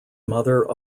mother